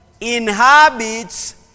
Inhabits